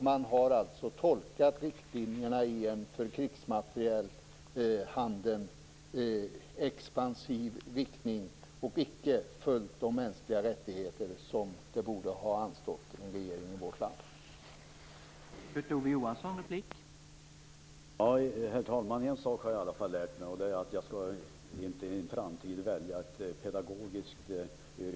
Man har alltså tolkat riktlinjerna i en för krigsmaterielhandeln expansiv riktning och icke följt de mänskliga rättigheter som det borde ha anstått en regering i vårt land att göra.